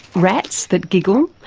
rats that giggle,